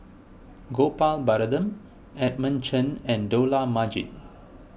Gopal Baratham Edmund Chen and Dollah Majid